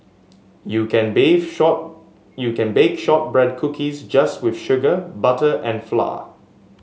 you can bake short you can bake shortbread cookies just with sugar butter and flour